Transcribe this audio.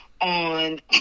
on